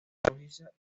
rojiza